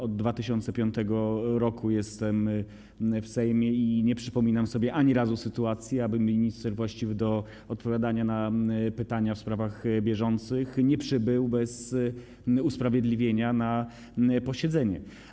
Od 2005 r. jestem w Sejmie i nie przypominam sobie ani razu sytuacji, aby minister właściwy do odpowiadania na pytania w sprawach bieżących nie przybył bez usprawiedliwienia na posiedzenie.